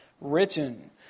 written